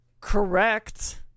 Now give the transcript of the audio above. Correct